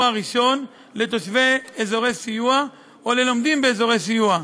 הראשון לתושבי אזורי סיוע או ללומדים באזורי סיוע.